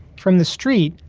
from the street,